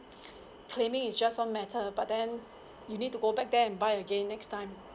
claiming is just one matter but then you need to go back there and buy again next time